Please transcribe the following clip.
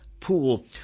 pool